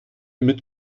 mit